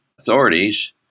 Authorities